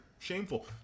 Shameful